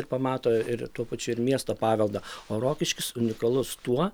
ir pamato ir tuo pačiu ir miesto paveldo o rokiškis unikalus tuo